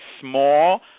small